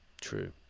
true